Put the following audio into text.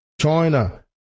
China